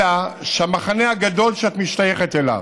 אלא שהמחנה הגדול שאת משתייכת אליו,